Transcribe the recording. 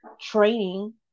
training